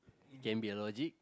can be a logic